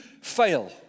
fail